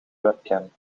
webcam